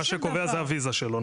מה שקובע זה הוויזה שלו.